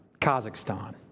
Kazakhstan